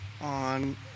on